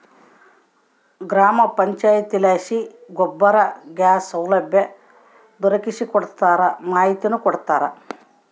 ಗ್ರಾಮ ಪಂಚಾಯಿತಿಲಾಸಿ ಗೋಬರ್ ಗ್ಯಾಸ್ ಸೌಲಭ್ಯ ದೊರಕಿಸಿಕೊಡ್ತಾರ ಮಾಹಿತಿನೂ ಕೊಡ್ತಾರ